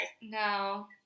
No